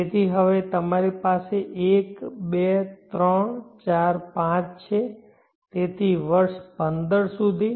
તેથી હવે તમારી પાસે એક બે ત્રણ ચાર પાંચ છે તેથી વર્ષ 15 સુધી